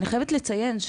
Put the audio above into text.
אני חייבת לציין,